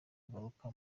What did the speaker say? kugaruka